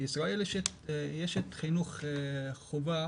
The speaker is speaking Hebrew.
בישראל יש חינוך חובה